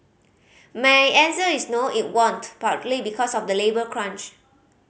my answer is no it won't partly because of the labour crunch